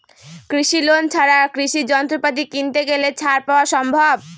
কৃষি লোন ছাড়া কৃষি যন্ত্রপাতি কিনতে গেলে ছাড় পাওয়া সম্ভব?